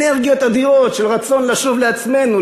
אנרגיות אדירות של רצון לשוב לעצמנו,